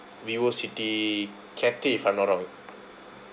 vivo city cathay if I'm not wrong